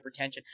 hypertension